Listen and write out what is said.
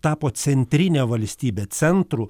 tapo centrine valstybe centru